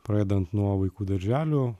pradedant nuo vaikų darželių